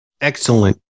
Excellent